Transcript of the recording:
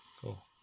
Cool